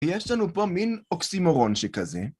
יש לנו פה מין אוקסימורון שכזה.